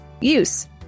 use